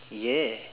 yeah